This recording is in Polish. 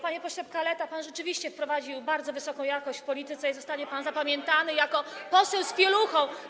Panie pośle Kaleta, pan rzeczywiście wprowadził bardzo wysoką jakość do polityki i zostanie pan zapamiętany jako poseł z pieluchą.